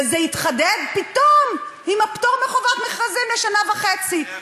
וזה התחדד פתאום עם הפטור מחובת מכרזים לשנה וחצי.